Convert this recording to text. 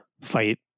fight